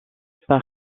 par